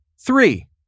Three